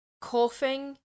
Coughing